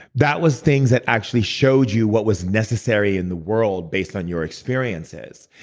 that was things that actually showed you what was necessary in the world based on your experiences.